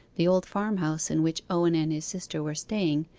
the old farm-house in which owen and his sister were staying,